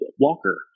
Walker